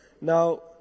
Now